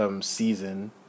season